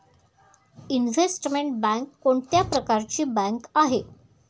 Investment bank कोणत्या प्रकारची bank आहे?